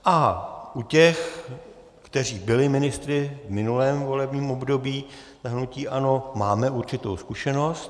U těch, kteří byli ministry v minulém volebním období za hnutí ANO, máme určitou zkušenost.